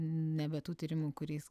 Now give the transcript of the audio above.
nebe tų tyrimų kuriais